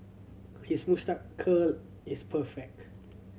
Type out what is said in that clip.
his moustache curl is perfect